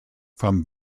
from